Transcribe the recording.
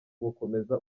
gukomeza